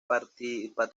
patriarca